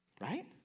Right